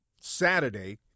Saturday